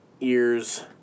ears